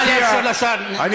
נא לאפשר לשר להשמיע את עמדתו.